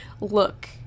look